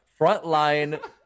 frontline